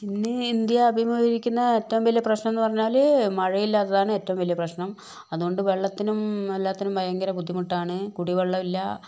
ഇന്ന് ഇന്ത്യ അഭിമുഖീകരിക്കുന്ന ഏറ്റവും വലിയ പ്രശ്നമെന്ന് പറഞ്ഞാൽ മഴയില്ലാത്തതാണ് ഏറ്റവും വലിയ പ്രശ്നം അതുകൊണ്ട് വെള്ളത്തിനും എല്ലാത്തിനും ഭയങ്കര ബുട്ടിമുട്ടാണ് കുടിവെള്ളം ഇല്ല